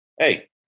Hey